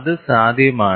അതു സാധ്യമാണ്